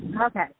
Okay